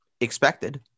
expected